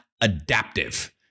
adaptive